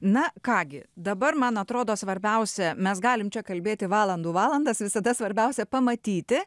na ką gi dabar man atrodo svarbiausia mes galime kalbėti valandų valandas visada svarbiausia pamatyti